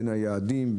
בין היעדים,